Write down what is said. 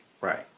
Right